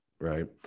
right